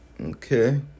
Okay